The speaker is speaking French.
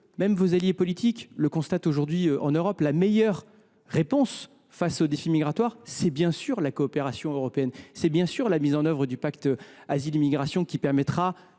même vos alliés politiques le constatent aujourd’hui en Europe : la meilleure réponse face au défi migratoire, c’est évidemment la coopération européenne. C’est évidemment la mise en œuvre du pacte asile et migration, qui permettra